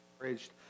encouraged